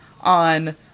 on